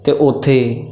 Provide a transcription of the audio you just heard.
ਅਤੇ ਉੱਥੇ